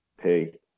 Hey